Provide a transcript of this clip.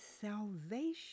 salvation